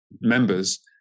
members